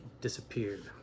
disappeared